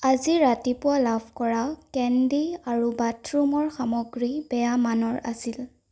আজি ৰাতিপুৱা লাভ কৰা কেণ্ডি আৰু বাথৰুমৰ সামগ্ৰী বেয়া মানৰ আছিল